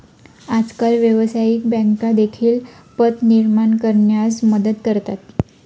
आजकाल व्यवसायिक बँका देखील पत निर्माण करण्यास मदत करतात